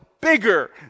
bigger